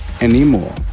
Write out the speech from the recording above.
anymore